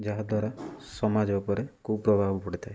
ଯାହାଦ୍ୱାରା ସମାଜ ଉପରେ କୁପ୍ରଭାବ ପଡ଼ିଥାଏ